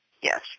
Yes